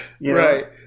Right